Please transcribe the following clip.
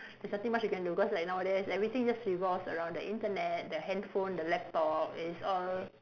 there's nothing much you can do because like nowadays everything just revolves around the Internet the handphone the laptop is all